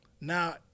now